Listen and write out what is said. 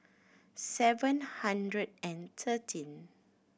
seven hundred and thirteen